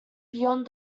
beyond